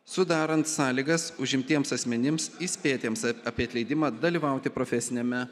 sudarant sąlygas užimtiems asmenims įspėtiems apie atleidimą dalyvauti profesiniame